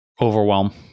Overwhelm